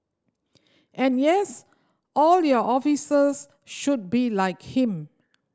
and yes all your officers should be like him